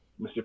Mr